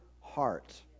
heart